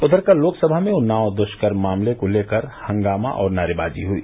उधर कल लोकसभा में उन्नाव दृष्कर्म मामले को लेकर हंगामा और नारेबाजी हुई